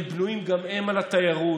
הם בנויים גם הם על התיירות,